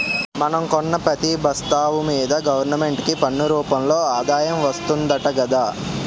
మనం కొన్న పెతీ ఒస్తువు మీదా గవరమెంటుకి పన్ను రూపంలో ఆదాయం వస్తాదట గదా